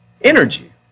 energy